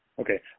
Okay